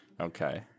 Okay